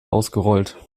ausgerollt